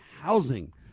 Housing